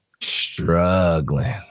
Struggling